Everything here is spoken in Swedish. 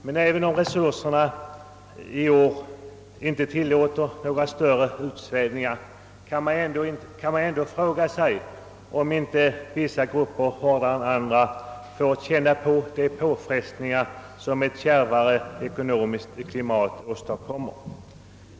Men även om resurserna i år inte tilllåter några större utsvävningar, kan man ändå fråga sig om inte vissa grupper hårdare än andra får känna på de påfrestningar som ett kärvare ekonomiskt klimat åstadkommer.